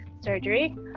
surgery